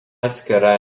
atskira